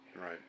Right